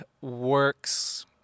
works